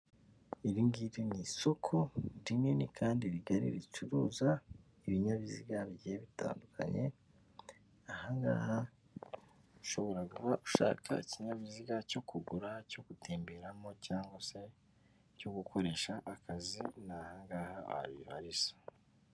Iri ngiri ni isoko rinini kandi rigari ricuruza ibinyabiziga bigiye bitandukanye, aha ngaha ushobora kuba ushaka ikinyabiziga cyo kugura, cyo gutemberamo cyangwa se cyo gukoresha akazi ni aha ngaha wayibariza.